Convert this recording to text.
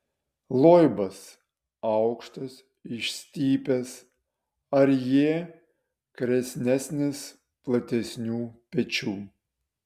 loibas aukštas išstypęs arjė kresnesnis platesnių pečių